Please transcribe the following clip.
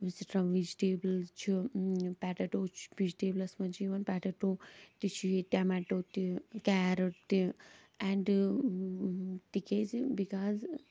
strawberry چھِ vegetables چھُ potato چھُ وِجٹیبلَس منٛز چھِ یِوان پٮ۪ٹٮ۪ٹو تہِ چھِ ییٚتہِ ٹٮ۪مٮ۪ٹو تہِ کیرَٹ تہِ اینٛڈ تِکیٛازِ بِکاز